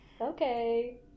Okay